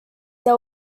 they